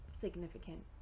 significant